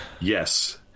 Yes